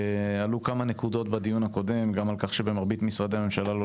עלו כמה נקודות בדיון הקודם על כך שבמרבית משרדי הממשלה לא